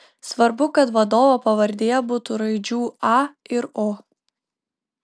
svarbu kad vadovo pavardėje būtų raidžių a ir o